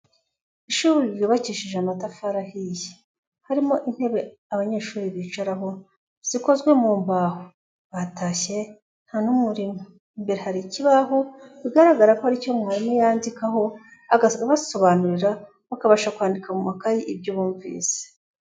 Ishuri ryubakishije amatafari ahiye, harimo intebe abanyeshuri bicararaho zikozwe mu mbaho, batashye nta n'umwe urimo, imbere hari ikibaho bigaragara ko ari cyo mwarimu yandikaho agabasobanurira bakabasha kwandika mu makayi ibyo bumvise.